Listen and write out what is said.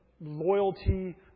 loyalty